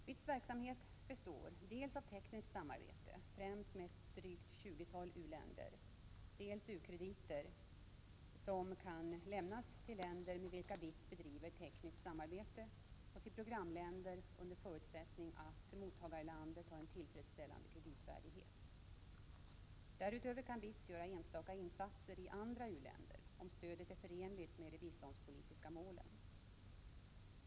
BITS verksamhet består dels av tekniskt samarbete, främst med drygt tjugotalet u-länder, dels av u-krediter, som kan lämnas till länder med vilka BITS bedriver tekniskt samarbete och till programländer under förutsättning att mottagarlandet har en tillfredsställande kreditvärdighet. Därutöver kan BITS göra enstaka insatser i andra u-länder om stödet är förenligt med de biståndspolitiska målen.